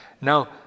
Now